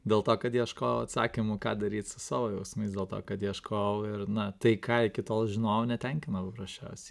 dėl to kad ieškojau atsakymų ką daryt su savo jausmais dėl to kad ieškojau ir na tai ką iki tol žinojau netenkino paprasčiausiai